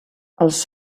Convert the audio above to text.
els